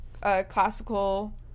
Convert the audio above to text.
classical